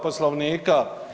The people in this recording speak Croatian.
Poslovnika.